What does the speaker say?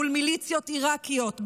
מול מיליציות עיראקיות,